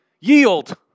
Yield